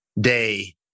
day